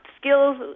skills